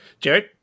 Jared